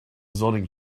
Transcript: zoning